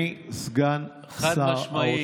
חד-משמעית.